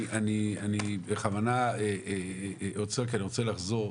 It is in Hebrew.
אני בכוונה עוצר כי אני רוצה לחזור,